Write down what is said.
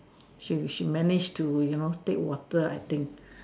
she she managed to you know take water I think